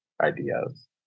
ideas